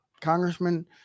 Congressman